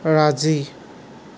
राज़ी